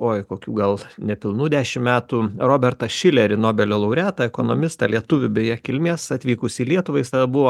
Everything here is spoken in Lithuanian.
oi kokių gal nepilnų dešimt metų robertą šilerį nobelio laureatą ekonomistą lietuvių beje kilmės atvykusį lietuvą jis tada buvo